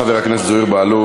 חבר הכנסת זוהיר בהלול,